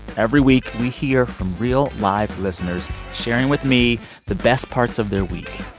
every week, we hear from real live listeners sharing with me the best parts of their week.